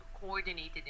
coordinated